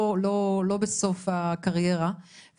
לא בסוף הקריירה.